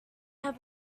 have